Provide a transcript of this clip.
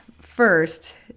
first